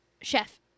Chef